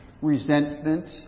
resentment